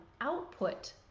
output